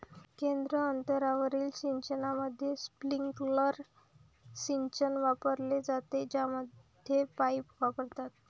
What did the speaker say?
केंद्र अंतरावरील सिंचनामध्ये, स्प्रिंकलर सिंचन वापरले जाते, ज्यामध्ये पाईप्स वापरतात